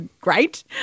great